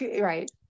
right